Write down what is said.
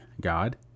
God